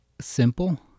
Simple